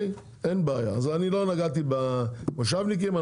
לא נגעתי במושבניקים.